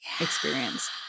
experience